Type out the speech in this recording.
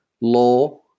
law